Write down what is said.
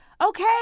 Okay